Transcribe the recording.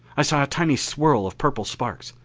i saw a tiny swirl of purple sparks.